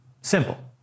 Simple